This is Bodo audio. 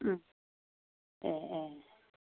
ए ए